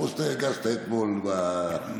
כמו שאתה הרגשת אתמול בוועדה.